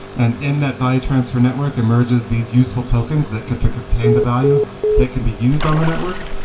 and in that value transfer network emerges these useful tokens that could contain the value that can be used on the network.